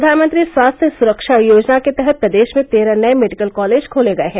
प्रधानमंत्री स्वास्थ्य सुरक्षा योजना के तहत प्रदेश में तेरह नये मेडिकल कॉलेज खोले गये हैं